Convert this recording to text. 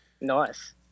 Nice